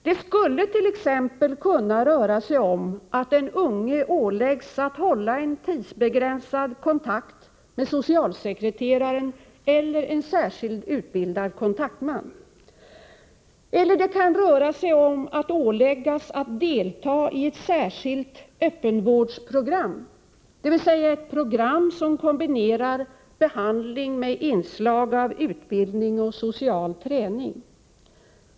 Det skulle t.ex. kunna röra sig om att den unge åläggs att hålla en tidsbegränsad kontakt med socialsekreteraren eller en särskilt utbildad kontaktman. Det kan också röra sig om att åläggas att delta i ett särskilt öppenvårdsprogram, dvs. ett program som kombinerar behandling med inslag av utbildning och social träning.